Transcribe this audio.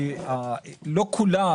לא כולם,